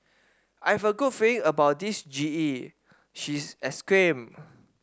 I have a good feeling about this G E she exclaimed